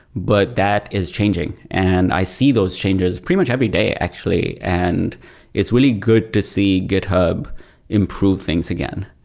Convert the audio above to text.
but that is changing. and i see those changes pretty much every day actually, and it's really good to see github improve things again.